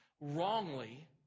wrongly